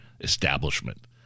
establishment